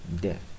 death